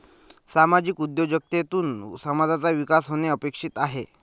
सामाजिक उद्योजकतेतून समाजाचा विकास होणे अपेक्षित आहे